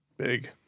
Big